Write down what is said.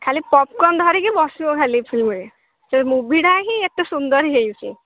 ଖାଲି ପପ୍କର୍ନ ଧରିକି ବସିବୁ ଖାଲି ଫିଲ୍ମରେ ସେ ମୁଭିଟା ହିଁ ଏତେ ସୁନ୍ଦର ହେଇଛି